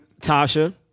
Tasha